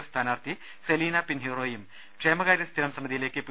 F സ്ഥാനാർഥി സെലീന പിൻഹീറോയും ക്ഷേമ കാര്യ സ്ഥിരം സമിതിയിലേക്ക് പി